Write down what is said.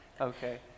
Okay